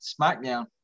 SmackDown